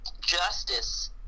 justice